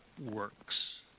works